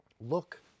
Look